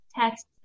text